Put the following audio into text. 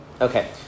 Okay